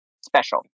Special